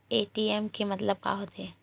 ATM के मतलब का होथे?